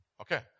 okay